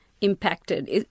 impacted